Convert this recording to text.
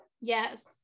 yes